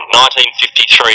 1953